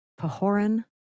Pahoran